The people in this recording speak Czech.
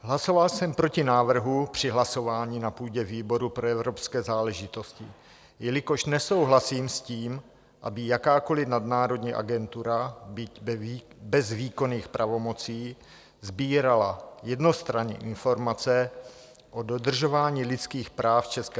Hlasoval jsem proti návrhu při hlasování na půdě výboru pro evropské záležitosti, jelikož nesouhlasím s tím, aby jakákoliv nadnárodní agentura, byť bez výkonných pravomocí, sbírala jednostranně informace o dodržování lidských práv v ČR.